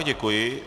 Děkuji.